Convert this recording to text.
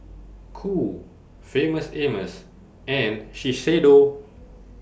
Qoo Famous Amos and Shiseido